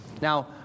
Now